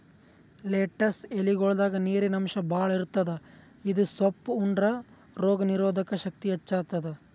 lettuce ಎಲಿಗೊಳ್ದಾಗ್ ನೀರಿನ್ ಅಂಶ್ ಭಾಳ್ ಇರ್ತದ್ ಇದು ಸೊಪ್ಪ್ ಉಂಡ್ರ ರೋಗ್ ನೀರೊದಕ್ ಶಕ್ತಿ ಹೆಚ್ತಾದ್